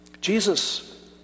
Jesus